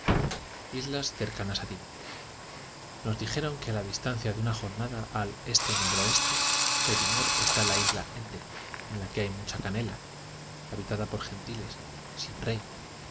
islas cercanas a timor nos dijeron que a la distancia de una jornada al oestenoroeste de timor está la isla ende en la que hay mucha canela habitada por gentiles sin rey